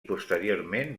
posteriorment